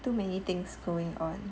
too many things going on